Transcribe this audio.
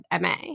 MA